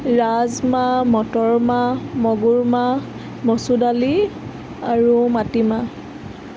ৰাজমাহ মটৰমাহ মগুৰমাহ মচুৰ দালি আৰু মাটিমাহ